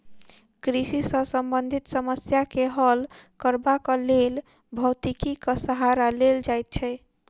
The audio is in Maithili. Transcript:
कृषि सॅ संबंधित समस्या के हल करबाक लेल भौतिकीक सहारा लेल जाइत छै